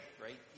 right